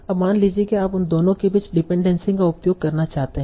अब मान लीजिए कि आप उन दोनों के बीच डिपेंडेंसी का उपयोग करना चाहते हैं